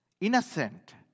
innocent